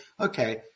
okay